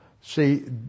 See